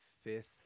fifth